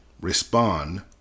respond